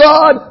God